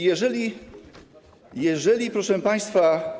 Jeżeli, proszę państwa.